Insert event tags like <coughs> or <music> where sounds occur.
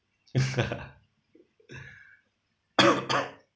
<laughs> <coughs>